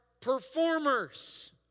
performers